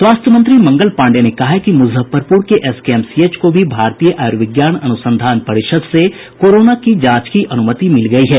स्वास्थ्य मंत्री मंगल पांडेय ने कहा है कि मुजफ्फरपुर के एसकेएमसीएच को भी भारतीय आयुर्विज्ञान अनुसंधान परिषद से कोरोना के जांच की अनुमति मिल गई है